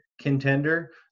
contender